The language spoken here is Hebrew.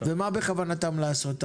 ומה בכוותם לעשות.